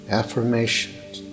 affirmations